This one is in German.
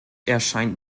erscheint